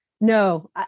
No